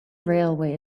railway